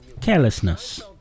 carelessness